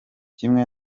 kimwe